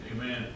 Amen